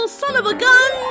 son-of-a-gun